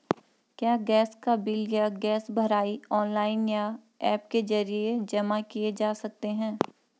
क्या गैस का बिल या गैस भराई ऑनलाइन या ऐप के जरिये जमा किये जा सकते हैं?